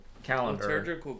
Calendar